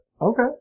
okay